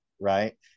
right